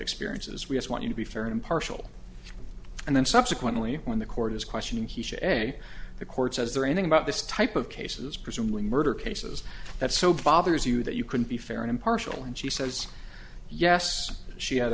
experiences we have to want you to be fair and impartial and then subsequently when the court is questioning he say the court says there anything about this type of cases presumably murder cases that so bothers you that you can be fair and impartial and she says yes she had